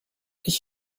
ich